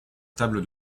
table